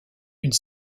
une